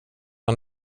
man